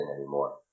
anymore